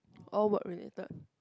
all work related